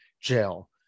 jail